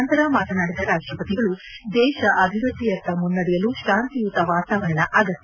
ನಂತರ ಮಾತನಾಡಿದ ರಾಷ್ಷಪತಿಗಳು ದೇಶ ಅಭಿವೃದ್ಧಿಯತ್ತ ಮುನ್ನಡೆಯಲು ಶಾಂತಿಯುತ ವಾತಾವರಣ ಅಗತ್ಯ